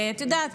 ואת יודעת,